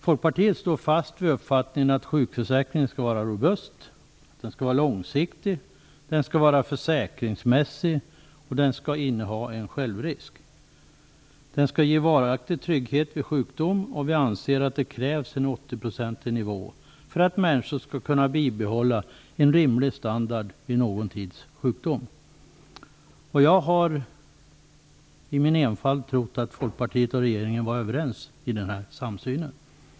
Folkpartiet står fast vid uppfattningen att sjukförsäkringen skall vara robust, långsiktig och försäkringsmässig och att den skall inneha en självrisk. Den skall ge varaktig trygghet vid sjukdom. Vi anser att det krävs en 80-procentig nivå för att människor skall kunna bibehålla en rimlig standard vid någon tids sjukdom. Jag har i min enfald trott att Folkpartiet och regeringen var överens, att det fanns en samsyn här.